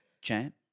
champ